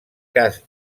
cas